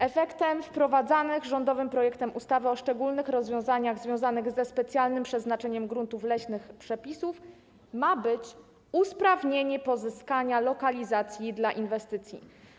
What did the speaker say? Efektem przepisów wprowadzanych rządowym projektem ustawy o szczególnych rozwiązaniach związanych ze specjalnym przeznaczeniem gruntów leśnych ma być usprawnienie pozyskania lokalizacji dla inwestycji.